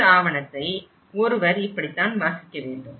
இந்த ஆவணத்தை ஒருவர் இப்படித்தான் வாசிக்க வேண்டும்